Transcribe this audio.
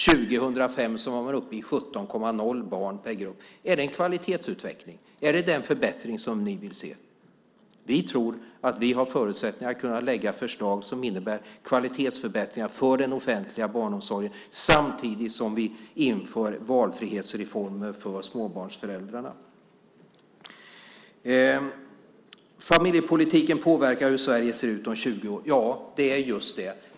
År 2005 var man uppe i 17,0 barn per grupp. Är det en kvalitetsutveckling? Är det den förbättring som ni vill se? Vi tror att vi har förutsättningar att kunna lägga förslag som innebär kvalitetsförbättringar för den offentliga barnomsorgen samtidigt som vi inför valfrihetsreformer för småbarnsföräldrarna. Familjepolitiken påverkar hur Sverige ser ut om 20 år. Ja, det är just det.